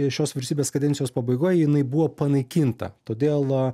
šios vyriausybės kadencijos pabaigoj jinai buvo panaikinta todėl